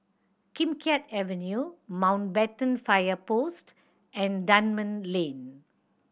Kim Keat Avenue Mountbatten Fire Post and Dunman Lane